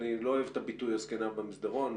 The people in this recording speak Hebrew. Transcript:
אני לא אוהב את הביטוי הזקנה במסדרון.